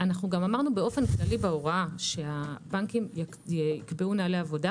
גם אמרנו באופן כללי בהוראה שהבנקים יקבעו נהלי עבודה